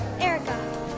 Erica